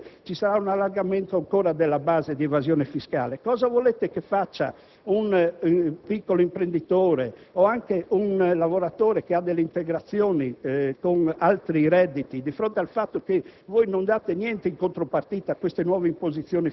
o iniziative fiscali che ci saranno nel nostro Paese ci sarà un aumento dell'evasione! Cosa volete che facciano un piccolo imprenditore o un lavoratore che ha delle integrazioni con altri redditi di fronte al fatto che